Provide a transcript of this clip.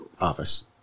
office